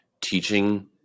teaching